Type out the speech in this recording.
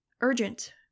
Urgent